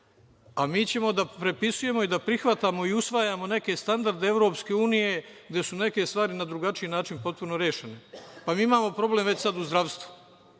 mi ćemo da prepisujemo i prihvatamo i usvajamo neke standarde EU, gde su neke stvari na drugačiji način potpuno rešene. Mi imamo problem već sad u zdravstvu,